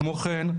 כמו כן,